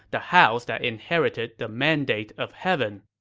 the house that inherited the mandate of heaven.